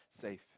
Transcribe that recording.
safe